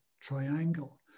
triangle